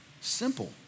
simple